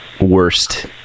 worst